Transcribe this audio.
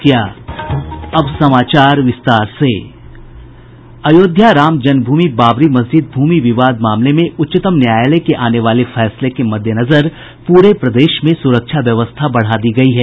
अयोध्या राम जन्म भूमि बाबरी मस्जिद भूमि विवाद मामले में उच्चतम न्यायालय के आने वाले फैसले के मद्देनजर पूरे प्रदेश में सुरक्षा व्यवस्था बढ़ा दी गयी है